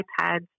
ipads